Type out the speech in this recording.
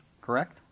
correct